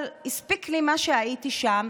אבל הספיק לי הזמן שהייתי שם,